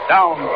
Down